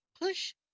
Push